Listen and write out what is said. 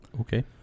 okay